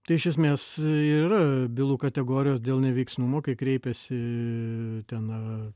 tai iš esmės ir yra bylų kategorijos dėl neveiksnumo kai kreipiasi ten